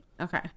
Okay